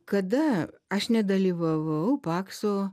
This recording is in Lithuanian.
kada aš nedalyvavau pakso